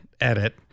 edit